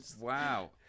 Wow